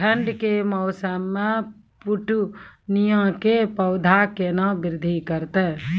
ठंड के मौसम मे पिटूनिया के पौधा केना बृद्धि करतै?